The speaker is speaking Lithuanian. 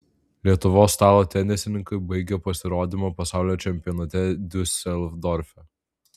lietuvos stalo tenisininkai baigė pasirodymą pasaulio čempionate diuseldorfe